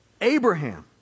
Abraham